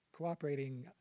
cooperating